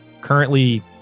Currently